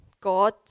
God